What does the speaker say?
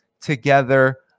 together